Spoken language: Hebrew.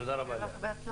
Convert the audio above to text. תודה רבה, לאה.